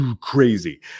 Crazy